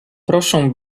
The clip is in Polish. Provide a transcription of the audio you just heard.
proszę